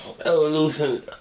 Evolution